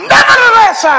Nevertheless